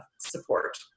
support